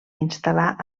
instal·lar